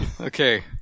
Okay